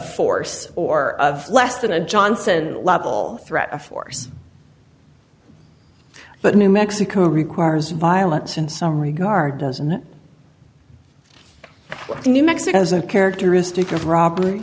force or less than a johnson level threat of force but new mexico requires violence in some regard doesn't work to new mexico as a characteristic of robbery